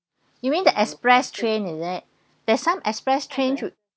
you mean the express train is it there is some express train to